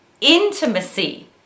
intimacy